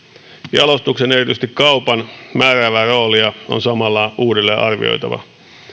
jalostuksen erityisesti kaupan määräävää roolia on samalla uudelleen arvioitava